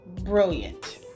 brilliant